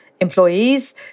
employees